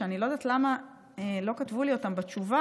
אני לא יודעת למה לא כתבו לי אותם בתשובה,